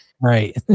Right